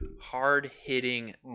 hard-hitting